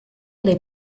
lõi